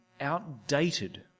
outdated